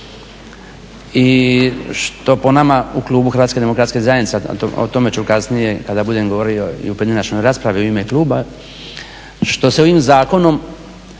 i što po nama u klubu Hrvatske demokratske zajednice, a o tome ću kasnije kada budem govorio i u pojedinačnoj raspravi u ime kluba, što se ovim zakonom